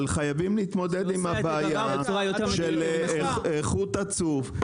אבל חייבים להתמודד עם הבעיה של איכות הצוף.